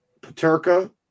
Paterka